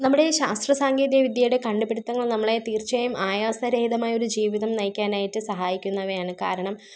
നമ്മുടെ ശാസ്ത്രസാങ്കേതികവിദ്യയുടെ കണ്ടുപിടിത്തങ്ങൾ നമ്മളെ തീർച്ചയായും ആയാസരഹിതമായ ഒരു ജീവിതം നയിക്കാനായിട്ട് സഹായിക്കുന്നവയാണ് കാരണം